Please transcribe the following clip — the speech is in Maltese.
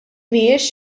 mhijiex